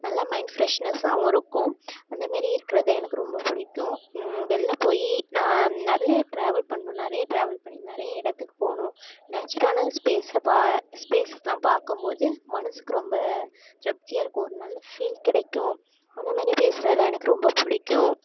நல்லா மைண்ட் ஃப்ரெஷ்னஸாகவும் இருக்கும் அந்த மாரி இருக்கிறது தான் எனக்கு ரொம்ப பிடிக்கும் வெளில போய் நான் நிறைய டிராவல் பண்ணி நிறைய டிராவல் பண்ணி நிறைய இடத்துக்கு போகணும் நேச்சரான ஸ்பேஸை பா ஸ்பேஸஸ்லாம் பார்க்கும் போது மனசுக்கு ரொம்ப திருப்தியாக இருக்கும் ஒரு நல்ல ஃபீல் கிடைக்கும் அந்த மாரி பேசுகிறது தான் எனக்கு ரொம்ப பிடிக்கும்